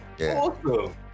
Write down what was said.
Awesome